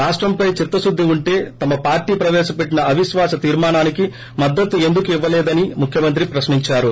రాష్టంపై చిత్తకుద్దే ఉంటే తమ పార్టీ ప్రవేశపెట్టిన అవిశ్వాస తీర్మానానికి మద్దతు ఎందుకు ఇవ్వలేదని ముఖ్యమంత్రి ప్రశ్ని ంచారు